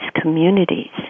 communities